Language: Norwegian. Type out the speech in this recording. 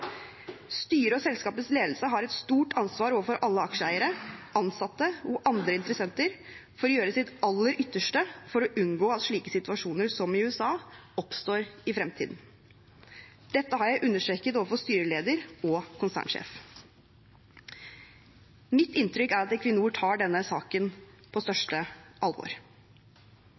Styret og selskapets ledelse har et stort ansvar overfor alle aksjeeiere, ansatte og andre interessenter for å gjøre sitt aller ytterste for unngå at slike situasjoner som den i USA oppstår i fremtiden. Dette har jeg understreket overfor styreleder og konsernsjef. Mitt inntrykk er at Equinor tar denne saken på største alvor.